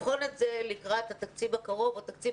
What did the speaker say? לבחון את זה לקראת התקציב הקרוב או תקציב